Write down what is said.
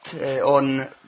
On